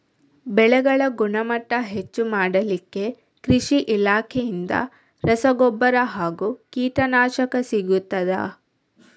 ಬೆಳೆಗಳ ಗುಣಮಟ್ಟ ಹೆಚ್ಚು ಮಾಡಲಿಕ್ಕೆ ಕೃಷಿ ಇಲಾಖೆಯಿಂದ ರಸಗೊಬ್ಬರ ಹಾಗೂ ಕೀಟನಾಶಕ ಸಿಗುತ್ತದಾ?